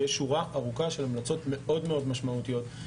ויש שורה ארוכה של המלצות מאוד מאוד משמעותיות.